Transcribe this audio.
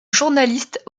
journaliste